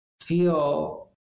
feel